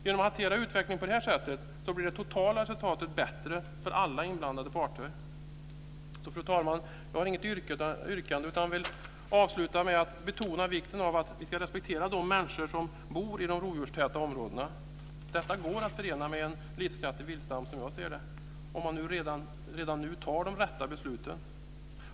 Genom att hantera utvecklingen på det här sättet blir det totala resultatet bättre för alla inblandade parter. Fru talman! Jag har inte något yrkande, utan jag vill avsluta med att betona vikten av att vi respekterar de människor som bor i de rovdjurstäta områdena. Detta går att förena med en livskraftig viltstam, om man redan nu fattar de rätta besluten.